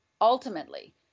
ultimately